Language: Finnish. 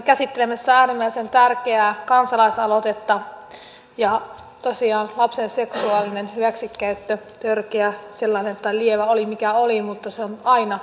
olemme käsittelemässä äärimmäisen tärkeää kansalaisaloitetta ja tosiaan lapsen seksuaalinen hyväksikäyttö törkeä tai lievä sellainen oli mikä oli on aina tuomittavaa